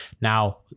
Now